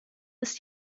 ist